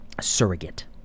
surrogate